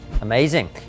Amazing